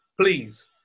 please